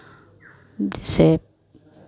जैसे